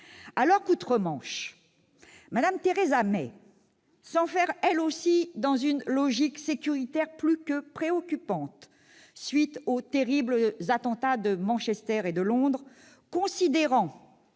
Alors que, outre-Manche, Mme Theresa May s'enferre, elle aussi, dans une logique sécuritaire plus que préoccupante, à la suite des terribles attentats de Manchester et de Londres, considérant